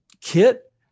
kit